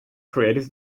creative